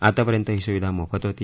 आतापर्यंत ही सुविधा मोफत होती